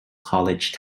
college